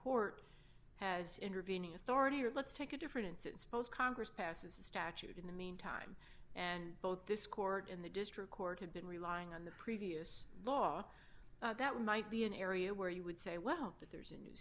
court has intervening authority or let's take a difference in suppose congress passes the statute in the meantime and both this court in the district court had been relying on the previous law that might be an area where you would say well that there's a new